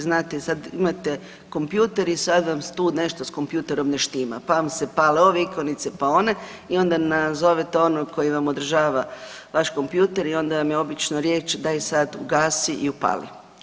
Znate sad imate kompjuter i sad vam tu nešto s kompjuterom ne štima pa vam se pale ove ikonice, pa one i onda nazovete onog koji vam održava vaš kompjuter i onda vam je obično riječ daj sad ugasi i upali.